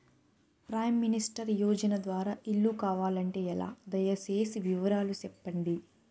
Prime minister యోజన ద్వారా ఇల్లు కావాలంటే ఎలా? దయ సేసి వివరాలు సెప్పండి?